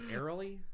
Airily